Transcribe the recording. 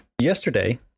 Yesterday